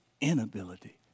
inability